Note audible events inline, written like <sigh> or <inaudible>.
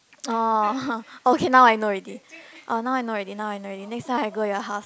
oh <breath> okay now I know already oh now I know already now I know already next time I go your house